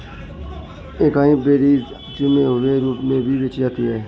acai berries जमे हुए रूप में भी बेची जाती हैं